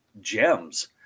gems